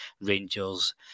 Rangers